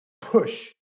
push